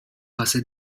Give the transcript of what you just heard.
کاسه